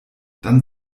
dann